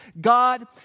God